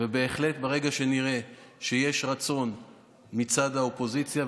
ובהחלט ברגע שנראה שיש רצון מצד האופוזיציה,